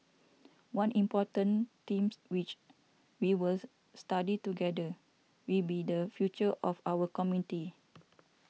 one important themes which we was study together will be the future of our comity